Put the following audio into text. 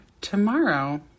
tomorrow